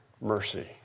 mercy